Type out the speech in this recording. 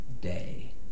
day